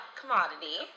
commodity